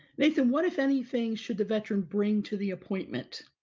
nathan, what if anything should the veteran bring to the appointment?